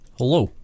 hello